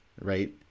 right